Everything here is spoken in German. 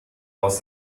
aus